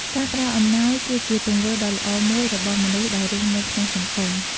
ការផ្តល់អំណោយគឺជាទង្វើដ៏ល្អមួយរបស់មនុស្សដែលរស់នៅក្នុងសង្គម។